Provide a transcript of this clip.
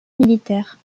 militaire